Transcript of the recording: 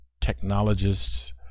technologists